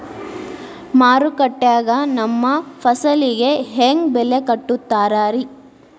ಮಾರುಕಟ್ಟೆ ಗ ನಮ್ಮ ಫಸಲಿಗೆ ಹೆಂಗ್ ಬೆಲೆ ಕಟ್ಟುತ್ತಾರ ರಿ?